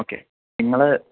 ഒക്കെ നിങ്ങൾ